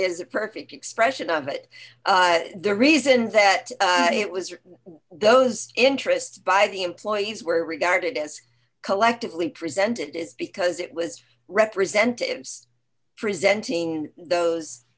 is a perfect expression of it the reason that it was those interest by the employees were regarded as collectively present it is because it was representatives presenting those